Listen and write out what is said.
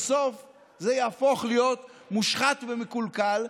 בסוף זה יהפוך להיות מושחת ומקולקל,